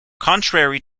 contrary